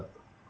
uh